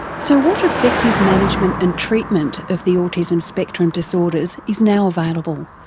so what effective management and treatment of the autism spectrum disorders is now available?